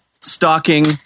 stalking